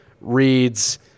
reads